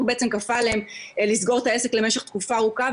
כפה עליהם לסגור את העסק למשך תקופה ארוכה,